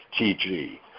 TG